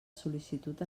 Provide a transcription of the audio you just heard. sol·licitud